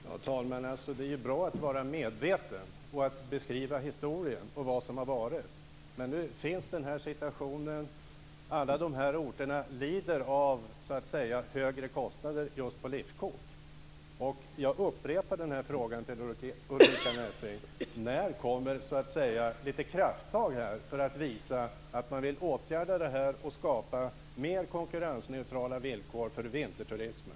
Fru talman! Det är ju bra att vara medveten och att beskriva historien och vad som har varit, men nu finns den här situationen. Alla de här orterna lider av de högre kostnader just för liftkort. Jag upprepar frågan till Ulrica Messing: När blir det krafttag för att visa att man vill åtgärda det här och skapa mer konkurrensneutrala villkor för vinterturismen?